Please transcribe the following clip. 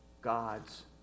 God's